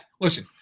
listen